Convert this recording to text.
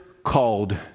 called